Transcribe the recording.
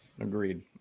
Agreed